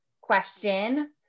question